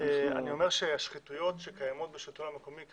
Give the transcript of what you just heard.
אני אומר שהשחיתויות שקיימות בשלטון המקומי,